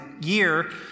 year